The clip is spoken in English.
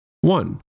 One